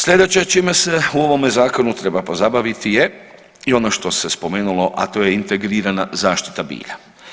Slijedeće čime se u ovome zakonu treba pozabaviti je i ono što se spomenulo, a to je integrirana zaštita bilja.